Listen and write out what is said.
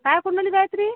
काय करू लागली गायत्री